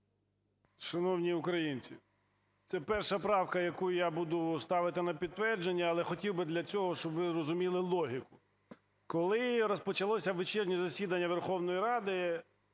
Шановні українці, це перша правка, яку я буду ставити на підтвердження, але хотів би для цього, щоб ви розуміли логіку. Коли розпочалося вечірнє засідання Верховної Ради,